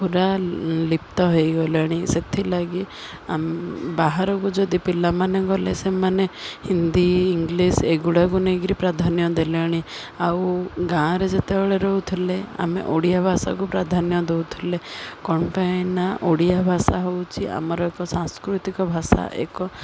ପୁରା ଲିପ୍ତ ହେଇଗଲାଣି ସେଥିଲାଗି ବାହାରକୁ ଯଦି ପିଲାମାନେ ଗଲେ ସେମାନେ ହିନ୍ଦୀ ଇଂଲିଶ୍ ଏଗୁଡ଼ାକ ନେଇକିରି ପ୍ରାଧାନ୍ୟ ଦେଲେଣି ଆଉ ଗାଁରେ ଯେତେବେଳେ ରହୁଥିଲେ ଆମେ ଓଡ଼ିଆ ଭାଷାକୁ ପ୍ରାଧାନ୍ୟ ଦେଉଥିଲେ କ'ଣ ପାଇଁ ନା ଓଡ଼ିଆ ଭାଷା ହେଉଛି ଆମର ଏକ ସାଂସ୍କୃତିକ ଭାଷା ଏକ